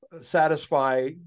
satisfy